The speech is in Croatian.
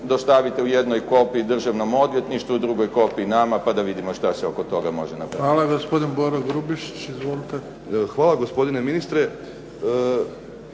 dostavite u jednoj kopiji državnom odvjetništvu, u drugoj kopiji nama, pa da vidimo što se oko toga može napraviti. **Bebić, Luka (HDZ)** Hvala. Gospodin Boro